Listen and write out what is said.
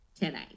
today